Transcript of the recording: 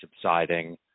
subsiding